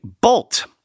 Bolt